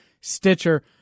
Stitcher